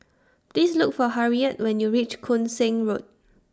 Please Look For Harriett when YOU REACH Koon Seng Road